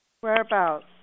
Whereabouts